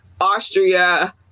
Austria